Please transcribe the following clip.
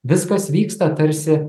viskas vyksta tarsi